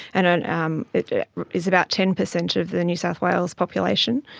and and um it is about ten percent of the new south wales population.